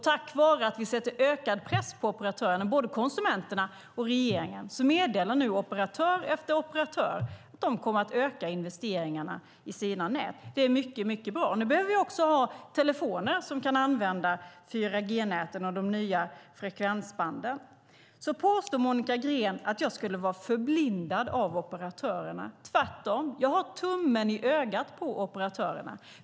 Tack vare att både konsumenterna och regeringen sätter ökad press på operatörerna meddelar nu operatör efter operatör att de kommer att öka investeringarna i sina nät. Det är mycket bra. Nu behöver vi också ha telefoner som kan använda 4G-näten och de nya frekvensbanden. Monica Green påstår att jag skulle vara förblindad av operatörerna, men jag har tvärtom tummen i ögat på operatörerna.